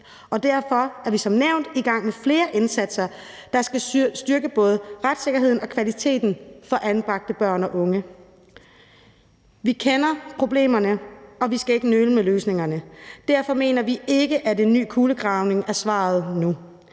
vi som nævnt i gang med flere indsatser, der skal styrke både retssikkerheden og kvaliteten for anbragte børn og unge. Vi kender problemerne, og vi skal ikke nøle med løsningerne. Derfor mener vi ikke, at en ny kulegravning er svaret nu.